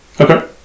Okay